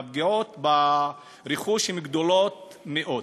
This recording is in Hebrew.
והפגיעות ברכוש הן גדולות מאוד.